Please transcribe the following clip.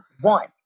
one